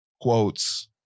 quotes